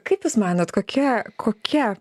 kaip jūs manot kokia kokia